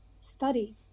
study